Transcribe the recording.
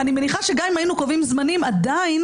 אני מניחה שגם אם היינו קובעים זמנים עדיין